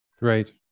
Right